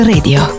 Radio